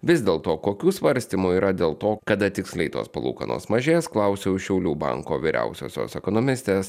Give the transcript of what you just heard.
vis dėl to kokių svarstymų yra dėl to kada tiksliai tos palūkanos mažės klausiau šiaulių banko vyriausiosios ekonomistės